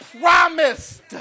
promised